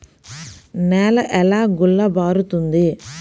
నేల ఎలా గుల్లబారుతుంది?